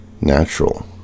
natural